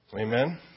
Amen